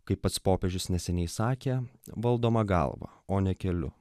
kaip pats popiežius neseniai sakė valdoma galva o ne keliu